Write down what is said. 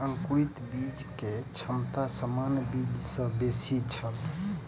अंकुरित बीज के क्षमता सामान्य बीज सॅ बेसी छल